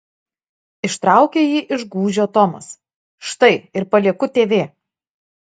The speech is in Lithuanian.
ištraukė jį iš gūžio tomas štai ir palieku tv